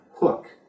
hook